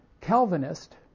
Calvinist